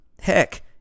heck